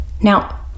Now